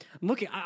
looking